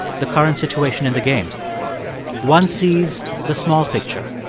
the current situation in the game one sees the small picture